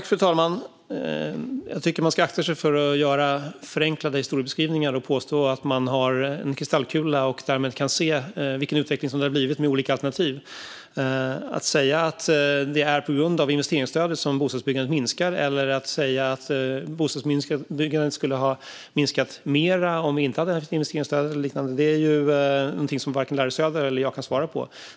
Fru talman! Jag tycker att man ska akta sig för att göra förenklade historiebeskrivningar och påstå att man har en kristallkula och därmed kan se vilken utveckling det har blivit med olika alternativ. Att säga att det är på grund av investeringsstödet som bostadsbyggandet minskar eller att säga att bostadsbyggandet skulle ha minskat mer om vi inte hade haft investeringsstödet eller liknande är någonting som varken Larry Söder eller jag kan svara på.